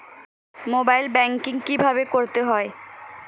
Mobile banking কীভাবে করতে হয়?